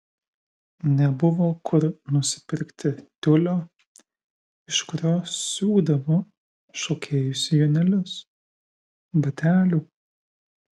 nebuvo kur nusipirkti tiulio iš kurio siūdavo šokėjų sijonėlius batelių